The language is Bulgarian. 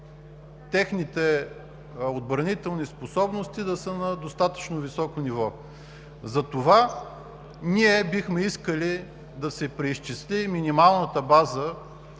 техните отбранителни способности да са на достатъчно високо ниво. Затова ние бихме искали да се преизчисли минималната база